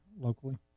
locally